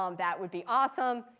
um that would be awesome.